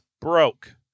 broke